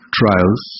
trials